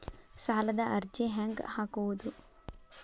ಸಾಲದ ಅರ್ಜಿ ಹೆಂಗ್ ಹಾಕುವುದು?